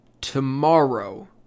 tomorrow